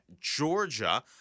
Georgia